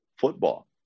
football